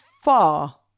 far